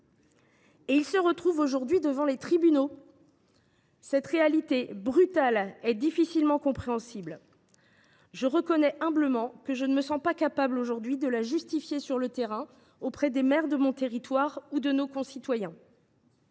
se retrouvent aujourd’hui devant les tribunaux. Cette réalité brutale est difficilement compréhensible. Je reconnais humblement que je ne me sens capable de justifier une telle situation sur le terrain ni auprès des maires de mon territoire ni auprès de nos concitoyens.